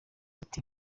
ati